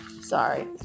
Sorry